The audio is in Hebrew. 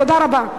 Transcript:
תודה רבה.